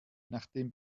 nachdem